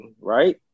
Right